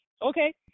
Okay